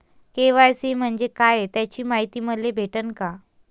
KYC म्हंजे काय त्याची मायती मले भेटन का?